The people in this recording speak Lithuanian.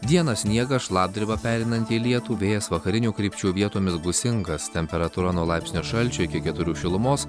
dieną sniegas šlapdriba pereinanti į lietų vėjas vakarinių krypčių vietomis gūsingas temperatūra nuo laipsnio šalčio iki keturių šilumos